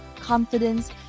confidence